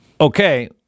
Okay